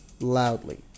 loudly